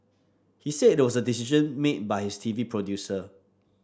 he said it was a decision made by his T V producer